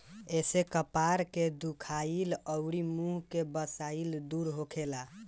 एसे कपार के दुखाइल अउरी मुंह के बसाइल दूर होखेला